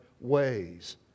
ways